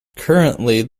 currently